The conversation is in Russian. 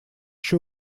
ещё